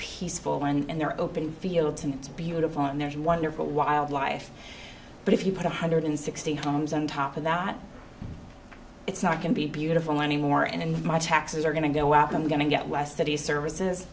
peaceful and they're open fields and it's beautiful and there's wonderful wildlife but if you put a hundred and sixty homes on top of that it's not can be beautiful anymore and my taxes are going to go up i'm going to get west city services